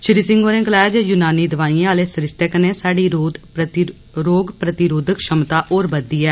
श्री सिंह होरें गलाया जे यूनानी दवाइयें आहले सरिस्ते कन्नै साहड़ी रोग प्रतिरोधक क्षमता होर बदधी ऐ